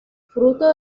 fruto